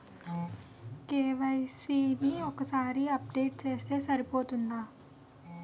KYC ని ఒక్కసారి update చేస్తే సరిపోతుందా?